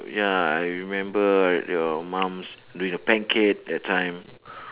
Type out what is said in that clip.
ya I remember uh your mum's doing the pancake that time